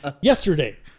yesterday